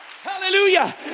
Hallelujah